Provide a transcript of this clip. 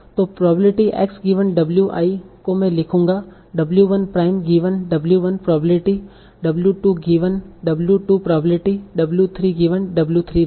तो probability X given W i को मैं लिखूंगा W 1 prime given W 1 probability W 2 given W 2 probability W 3 given W 3 दी